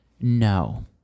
No